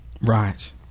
Right